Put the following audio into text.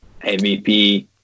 MVP